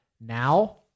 Now